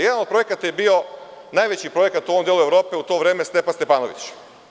Jedan od projekata je bio najveći projekat u ovom delu Evrope, u to vreme, „Stepa Stepanović“